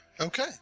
Okay